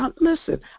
listen